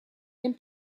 dem